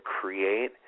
create